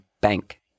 bank